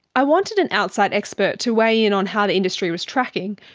i wanted an outside expert to weigh in on how the industry was tracking,